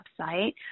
website